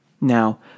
Now